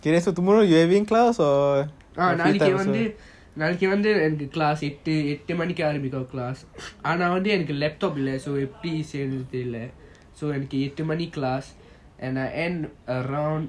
K so tomorrow you having class or free time so